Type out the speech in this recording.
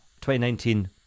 2019